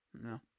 No